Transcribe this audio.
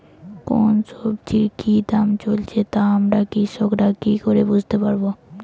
কোন সব্জির কি দাম চলছে তা আমরা কৃষক রা কি করে বুঝবো?